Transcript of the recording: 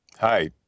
Hi